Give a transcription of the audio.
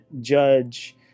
judge